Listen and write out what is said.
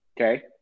Okay